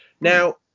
Now